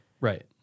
Right